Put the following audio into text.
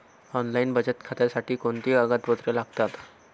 Online बचत खात्यासाठी कोणती कागदपत्रे लागतात?